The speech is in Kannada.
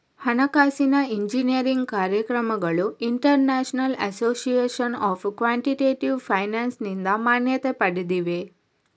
ಹಣಕಾಸಿನ ಎಂಜಿನಿಯರಿಂಗ್ ಕಾರ್ಯಕ್ರಮಗಳು International Association of Quantitative ಫೈನಾನ್ಸಿನಿಂದ ಮಾನ್ಯತೆ ಪಡೆದಿವೆ